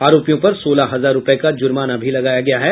आरोपियों पर सोलह हजार रूपये का जुर्नामा भी लगाया गया है